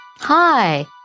Hi